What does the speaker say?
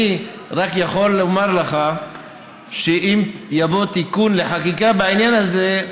אני רק יכול לומר לך שאם יבוא תיקון לחקיקה בעניין הזה,